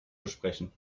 besprechen